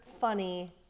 funny